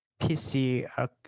pc